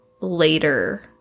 later